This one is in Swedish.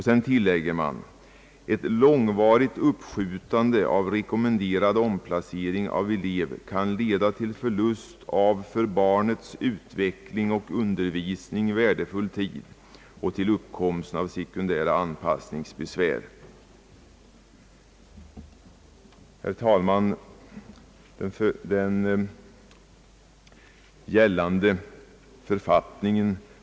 Sedan tillägger man: »Ett långvarigt uppskjutande av rekommenderad omplacering av elev kan leda till förlust av för barnets utveckling och undervisning värdefull tid och till uppkomsten av sekundära anpassningsbesvär.» Herr talman!